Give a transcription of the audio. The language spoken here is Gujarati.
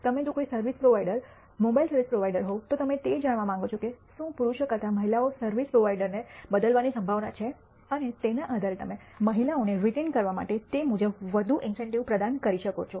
તમે જો કોઈ service provider mobile service provider હોવ તો તમે તે જાણવા માગો છો કે શું પુરુષો કરતા મહિલાઓ સર્વિસ પ્રોવાઇડરને બદલવાની સંભાવના છે અને તેના આધારે તમે મહિલાઓને રિટેઈન કરવા માટે તે મુજબ વધુ ઇન્સેન્ટિવ પ્રદાન કરી શકો છો